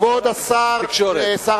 כבוד שר